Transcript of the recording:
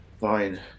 Fine